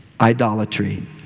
Idolatry